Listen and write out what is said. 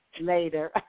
Later